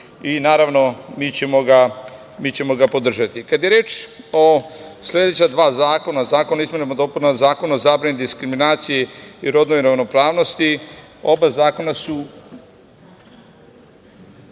Naravno, mi ćemo ga podržati. Kada je reč o sledeća dva zakona, zakona o izmenama i dopunama Zakona zabrani diskriminacije i rodnoj ravnopravnosti, oba zakona su